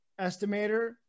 Estimator